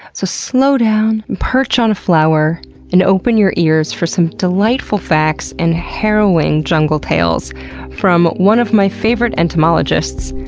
so slow down, perch on a flower and open your ears for some delightful facts and harrowing jungle tales from one of my favorite entomologists,